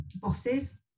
bosses